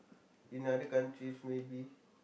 in other countries maybe